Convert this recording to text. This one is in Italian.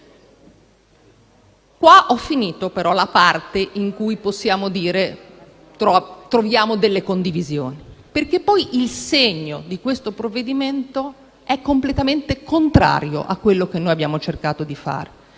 Qui, però, termina la parte su cui possiamo dire di trovare delle condivisioni, perché poi il segno di questo provvedimento è completamente contrario a quello che noi abbiamo cercato di fare,